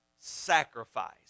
sacrifice